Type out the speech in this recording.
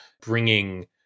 bringing